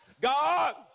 God